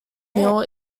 mill